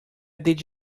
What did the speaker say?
did